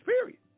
Period